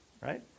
right